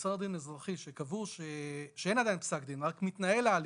בגזר דין אזרחי שקבעו שאין עדיין פסק דין רק מתנהל ההליך,